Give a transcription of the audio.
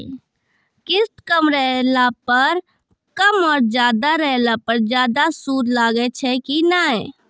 किस्त कम रहला पर कम और ज्यादा रहला पर ज्यादा सूद लागै छै कि नैय?